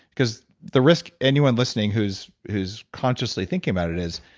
because the risk, anyone listening who's who's consciously thinking about it is,